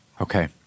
Okay